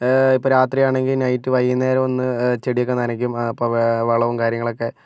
ഇപ്പോൾ രാത്രി ആണെങ്കിൽ നൈറ്റ് വൈകുന്നേരം ഒന്ന് ചെടിയൊക്കെ നനയ്ക്കും അപ്പോൾ വളവും കാര്യങ്ങളൊക്കെ